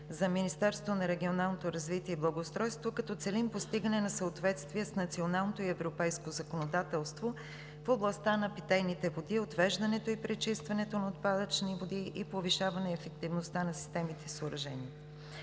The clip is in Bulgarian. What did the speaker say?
за Министерството на регионалното развитие и благоустройството като целим постигане на съответствие с националното и европейското законодателство в областта на питейните води, отвеждането и пречистването на отпадъчни води и повишаване ефективността на системите и съоръженията.